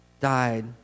died